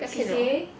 不要骗 hor